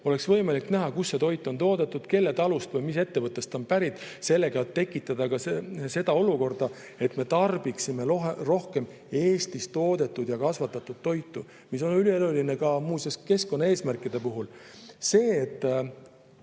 oleks võimalik näha, kus see toit on toodetud, kelle talust või mis ettevõttest see on pärit. Sellega saaks tekitada olukorda, kus me tarbiksime rohkem Eestis toodetud ja kasvatatud toitu, mis on ülioluline muuseas ka keskkonnaeesmärkide puhul. Sellega,